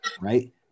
right